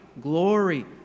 glory